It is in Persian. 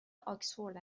آکسفورد